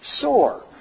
sore